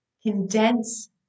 Condense